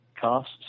costs